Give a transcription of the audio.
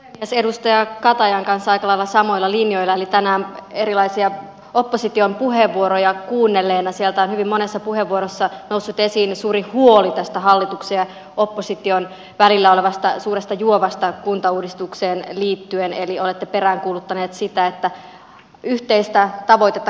olen edustaja katajan kanssa aika lailla samoilla linjoilla eli tänään erilaisia opposition puheenvuoroja kuunnelleena huomaa että hyvin monessa puheenvuorossa on noussut esiin suuri huoli hallituksen ja opposition välillä olevasta suuresta juovasta kuntauudistukseen liittyen eli olette peräänkuuluttaneet sitä että kaikki haluaisimme saavuttaa yhteistä tavoitetta